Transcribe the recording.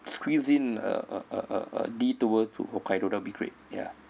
squeeze in a a a a a detour to hokkaido that'll be great ya